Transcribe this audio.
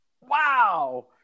Wow